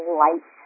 light